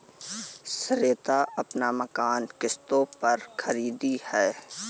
श्वेता अपना मकान किश्तों पर खरीदी है